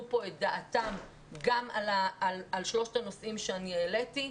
פה את דעתם גם על שלושת הנושאים שאני העליתי,